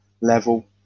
level